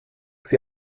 sie